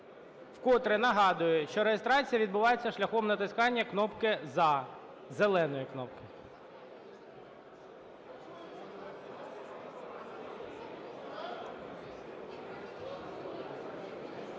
Вкотре нагадую, що реєстрація відбувається шляхом натискання кнопки "за", зеленої кнопки.